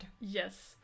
Yes